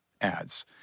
ads